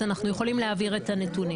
אנחנו יכולים להעביר את הנתונים.